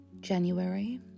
January